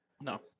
No